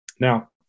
Now